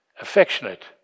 affectionate